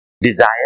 desire